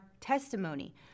testimony